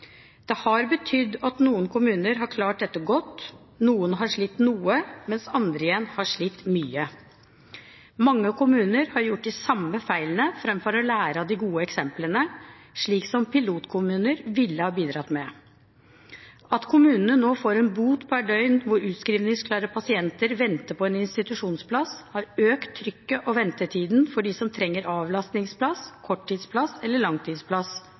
Det har betydd at noen kommuner har klart dette godt, noen har slitt noe, mens andre igjen har slitt mye. Mange kommuner har gjort de samme feilene fremfor å lære av de gode eksemplene, slik som pilotkommuner ville ha bidratt med. At kommunene nå får en bot per døgn hvor utskrivningsklare pasienter venter på en institusjonsplass, har økt trykket og ventetiden for dem som trenger avlastningsplass, korttidsplass eller langtidsplass,